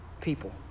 people